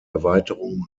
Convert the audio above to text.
erweiterung